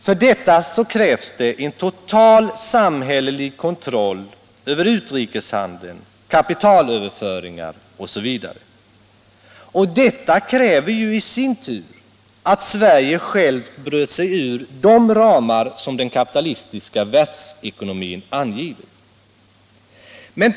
För detta krävs en total samhällelig kontroll över utrikeshandeln, kapitalöverföringar osv. Detta kräver i sin tur att Sverige bryter sig ur de ramar som den kapitalistiska världsekonomin har angivit.